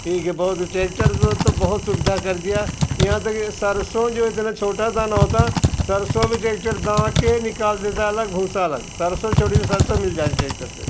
ठीक है बहुत ट्रैक्टर से तो बहुत सुविधा कर दिया यहाँ तक की सरसों जो इतना छोटा दाना होता है सरसों भी ट्रैक्टर दाड़ के निकाल देता है अलग भूसा अलग सारसों से छोटी सारसों मिल जाएगी ट्रैक्टर से